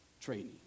training